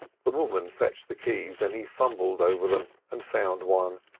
the woman fetched the keys, and he fumbled over them and found one.